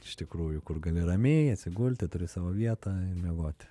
iš tikrųjų kur gali ramiai atsigulti turi savo vietą ir miegoti